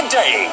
day